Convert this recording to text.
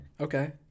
okay